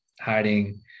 hiding